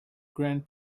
grand